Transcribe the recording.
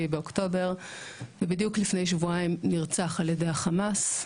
באוקטובר ובדיוק לפני שבועיים נרצח על ידי החמאס.